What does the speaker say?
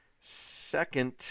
second